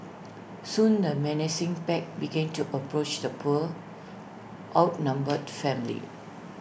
soon the menacing pack began to approach the poor outnumbered family